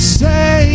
say